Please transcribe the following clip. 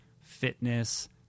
fitness